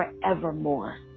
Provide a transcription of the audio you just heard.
forevermore